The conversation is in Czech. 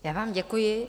Já vám děkuji.